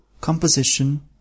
Composition